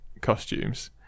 costumes